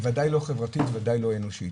היא בוודאי לא חברתית, וודאי לא אנושית.